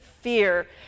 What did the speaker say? fear